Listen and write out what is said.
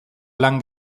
lan